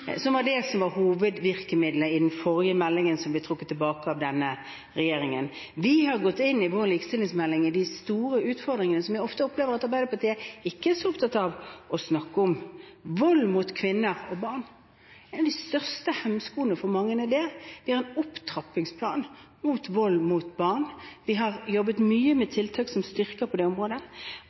som var hovedvirkemiddelet i den forrige meldingen, som ble trukket tilbake av denne regjeringen. Vi har i vår likestillingsmelding gått inn i de store utfordringene, som jeg ofte opplever at Arbeiderpartiet ikke er så opptatt av å snakke om: vold mot kvinner og barn. Det er en av de største hemskoene for mange. Vi har en opptrappingsplan mot vold mot barn. Vi har jobbet mye med tiltak som styrker det området.